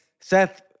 Seth